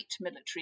military